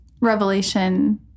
revelation